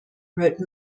wrote